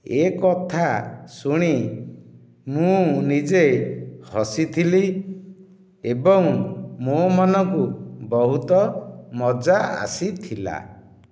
ଏକଥା ଶୁଣି ମୁଁ ନିଜେ ହସିଥିଲି ଏବଂ ମୋ ମନକୁ ବହୁତ ମଜା ଆସିଥିଲା